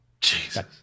Jesus